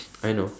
I know